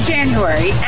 January